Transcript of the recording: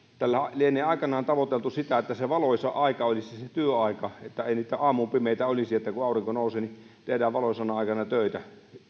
tällä lienee aikanaan tavoiteltu sitä että se valoisa aika olisi se työaika että ei niitä aamun pimeitä olisi että kun aurinko nousee niin tehdään valoisana aikana töitä